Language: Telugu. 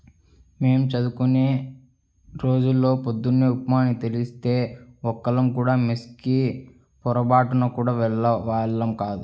మేం చదువుకునే రోజుల్లో పొద్దున్న ఉప్మా అని తెలిస్తే ఒక్కళ్ళం కూడా మెస్ కి పొరబాటున గూడా వెళ్ళేవాళ్ళం గాదు